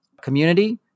community